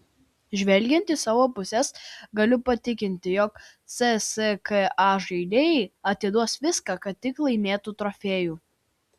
žvelgiant iš savo pusės galiu patikinti jog cska žaidėjai atiduos viską kad tik laimėtų trofėjų